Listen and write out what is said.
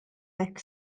hekk